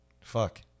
Fuck